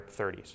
30s